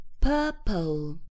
purple